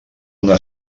una